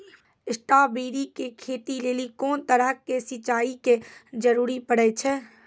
Strawberry के खेती लेली कोंन तरह के सिंचाई के जरूरी पड़े छै?